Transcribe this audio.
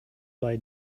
bei